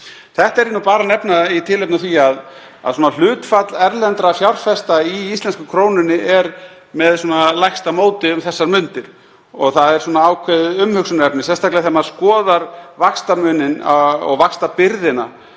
Þetta er ég bara að nefna í tilefni af því að hlutfall erlendra fjárfesta í íslensku krónunni er með lægsta móti um þessar mundir. Það er ákveðið umhugsunarefni, sérstaklega ef maður skoðar vaxtamuninn og vaxtabyrðina